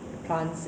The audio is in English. orh